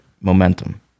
momentum